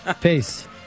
Peace